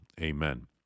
Amen